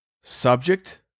subject